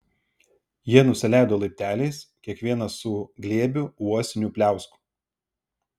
jie nusileido laipteliais kiekvienas su glėbiu uosinių pliauskų